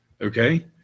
Okay